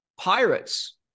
pirates